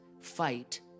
fight